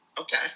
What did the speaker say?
Okay